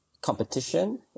Competition